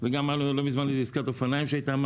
וגם הייתה לא מזמן עסקת אופניים שהייתה.